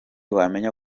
wamenya